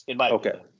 okay